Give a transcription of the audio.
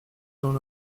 dans